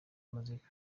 muzika